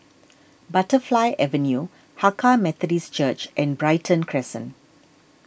Butterfly Avenue Hakka Methodist Church and Brighton Crescent